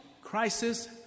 crisis